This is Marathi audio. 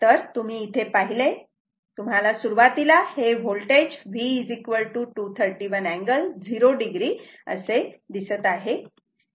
तर तुम्ही इथे पाहिले तर तुम्हाला सुरुवातीला हे होल्टेज V231 अँगल 0 o असे दिसते